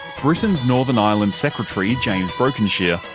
britain's northern ireland secretary, james brokenshire,